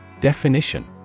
Definition